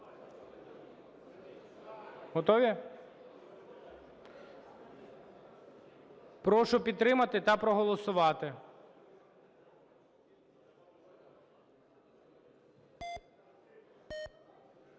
Готові? Прошу підтримати та проголосувати.